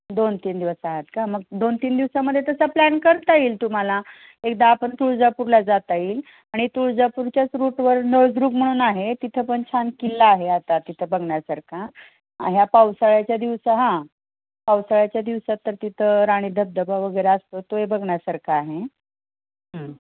दोन तीन दिवस आहात का मग दोन तीन दिवसामध्ये तसा प्लॅन करता येईल तुम्हाला एकदा आपण तुळजापूरला जाता येईल आणि तुळजापूरच्याच रूटवर नळदुर्ग म्हणून आहे तिथं पण छान किल्ला आहे आता तिथं बघण्यासारखा ह्या पावसाळ्याच्या दिवसात हां पावसाळ्याच्या दिवसात तर तिथं राणी धबधबा वगैरे असतो तो एक बघण्यासारखा आहे